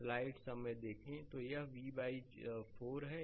slide समय देखें 0325 यह V0 4 है